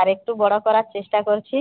আরেকটু বড় করার চেষ্টা করছি